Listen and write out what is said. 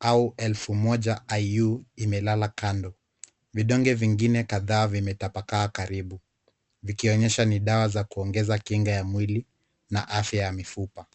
au elfu moja IU , imelala kando. Vidonge vingine kadhaa vimetapakaa karibu. Vikionyesha ni dawa za kuongeza kinga ya mwili, na afya ya mifupa.